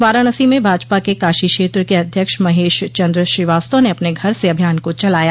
वाराणसी में भाजपा के काशी क्षेत्र के अध्यक्ष महेश चन्द्र श्रीवास्तव ने अपने घर से अभियान को चलाया